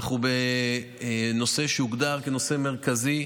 אנחנו בנושא שהוגדר כנושא מרכזי,